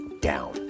down